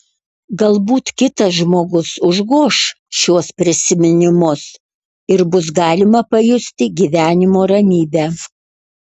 galbūt kitas žmogus užgoš šiuos prisiminimus ir bus galima pajusti gyvenimo ramybę